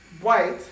white